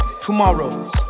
tomorrows